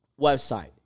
website